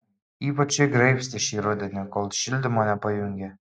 ypač jį graibstė šį rudenį kol šildymo nepajungė